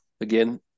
again